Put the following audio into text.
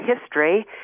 history